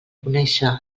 conèixer